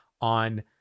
on